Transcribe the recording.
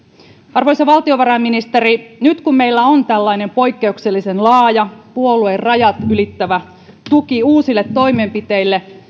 arvoisa valtiovarainministeri nyt kun meillä on tällainen poikkeuksellisen laaja puoluerajat ylittävä tuki uusille toimenpiteille